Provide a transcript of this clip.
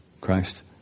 Christ